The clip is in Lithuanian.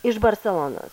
iš barselonos